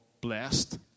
blessed